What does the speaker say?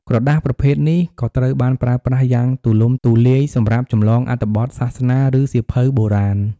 ក្រដាសប្រភេទនេះក៏ត្រូវបានប្រើប្រាស់យ៉ាងទូលំទូលាយសម្រាប់ ចម្លងអត្ថបទសាសនា ឬសៀវភៅបុរាណ។